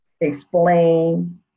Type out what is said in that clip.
explain